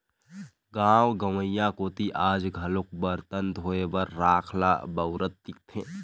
गाँव गंवई कोती आज घलोक बरतन धोए बर राख ल बउरत दिखथे